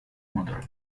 mother